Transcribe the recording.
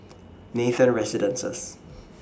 Nathan Residences